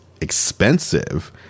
expensive